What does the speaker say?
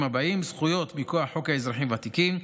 הבאים: זכויות מכוח חוק האזרחים הוותיקים,